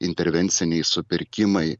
intervenciniai supirkimai